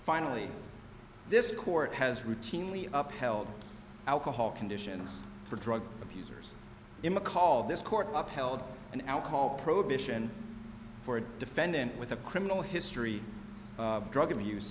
finally this court has routinely up held alcohol conditions for drug abusers imma call this court upheld an alcohol prohibition for a defendant with a criminal history of drug abuse